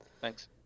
thanks